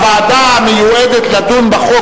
הוועדה המיועדת לדון בחוק,